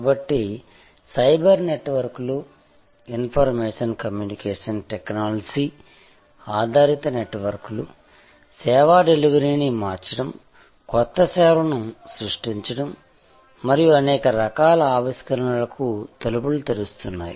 కాబట్టి సైబర్ నెట్వర్క్లు information communication technology ఆధారిత నెట్వర్క్లు సేవా డెలివరీని మార్చడం కొత్త సేవలను సృష్టించడం మరియు అనేక రకాల ఆవిష్కరణలకు తలుపులు తెరుస్తున్నాయి